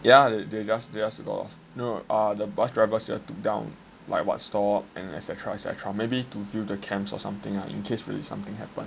yeah they they just got off no the bus driver took down like what stop and etcetera etcetera maybe to view the cams or something ah in case really something happen